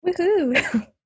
Woohoo